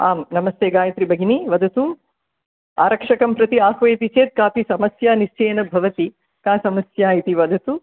आं नमस्ते गायत्री भगिनी वदतु आरक्षकं प्रति आह्वयति चेत् कापि समस्या निश्चयेन भवति का समस्या इति वदतु